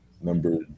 number